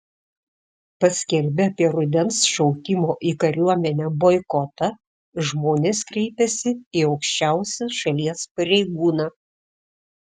paskelbę apie rudens šaukimo į kariuomenę boikotą žmonės kreipėsi į aukščiausią šalies pareigūną